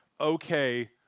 okay